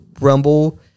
Rumble